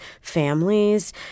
families